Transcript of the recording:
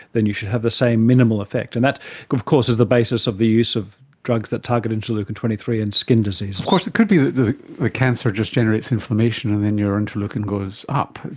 then you should have the same minimal effect. and that of course is the basis of the use of drugs that target interleukin twenty three in skin diseases. of course it could be that the the cancer just generates inflammation and then your interleukin goes up.